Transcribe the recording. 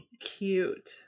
Cute